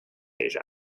asia